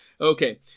Okay